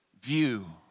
view